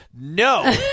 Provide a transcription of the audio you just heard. No